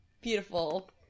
beautiful